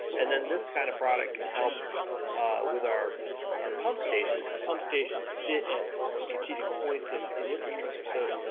and then this kind of product can help with our our pump stations, cause a pump station sit at strategic points and in infrastructure. so,